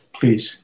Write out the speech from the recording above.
please